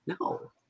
no